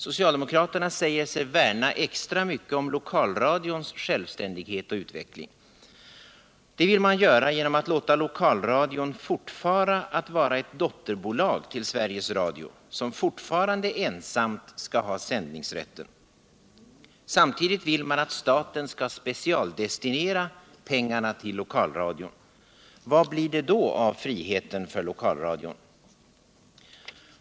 Socialdemokraterna säger sig värna extra mycket om lokalradions självständighet och utveckling, och det vill man göra genom att låta lokalradion fortfara att vara ett dotterbolag till Sveriges Radio, som fortfarande ensamt skall ha sändningsrätten. Samtidigt vill man att staten skall specialdestinera pengarna till lokalradion. Vad blir det då av friheten för lokalradion?